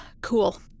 Cool